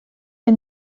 des